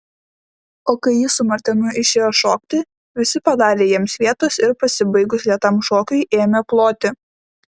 o kai ji su martenu išėjo šokti visi padarė jiems vietos ir pasibaigus lėtam šokiui ėmė ploti